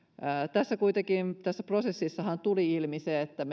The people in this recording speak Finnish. tässä prosessissahan kuitenkin tuli ilmi se että